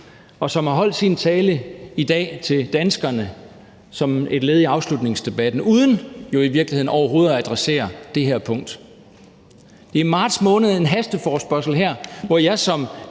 og som har holdt sin tale i dag til danskerne som et led i afslutningsdebatten uden jo i virkeligheden overhovedet at adressere det her punkt. I marts måned havde vi en hasteforespørgsel, hvor jeg som